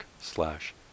slash